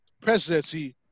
Presidency